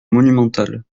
monumental